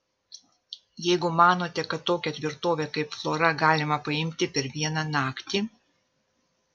jeigu manote kad tokią tvirtovę kaip flora galima paimti per vieną naktį